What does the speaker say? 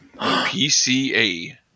PCA